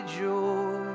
joy